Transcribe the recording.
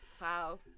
Wow